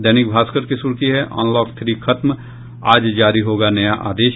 दैनिक भास्कर की सुर्खी है अनलॉक थ्री खत्म आज जारी होगा नया आदेश